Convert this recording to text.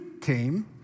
came